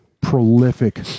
prolific